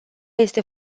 este